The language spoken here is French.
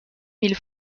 mille